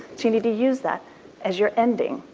you need to use that as your ending,